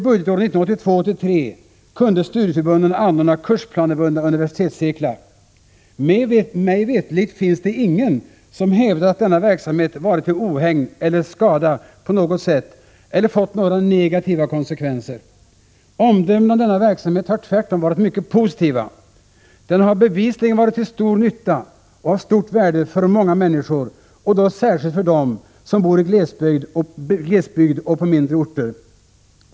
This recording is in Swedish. budgetåret 1982/83 kunde studieförbunden anordna kursplanebundna universitetscirklar. Mig veterligt finns det ingen som hävdat att denna verksamhet varit till ohägn eller skada på något sätt eller fått några negativa konsekvenser. Omdömena om denna verksamhet har tvärtom varit mycket positiva. Den har bevisligen varit till stor nytta och av stort värde för många människor, och då särskilt för dem som bor i glesbygd och mindre orter.